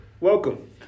welcome